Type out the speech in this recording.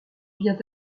vient